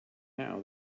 now